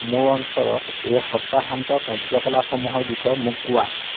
মোৰ অঞ্চলত এই সপ্তাহান্তৰ কাৰ্য্যকলাপসমূহৰ বিষয়ে মোক কোৱা